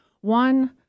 One